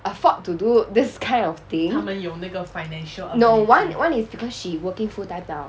afford to do this kind of thing no one one is because she working full-time now